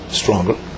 stronger